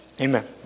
Amen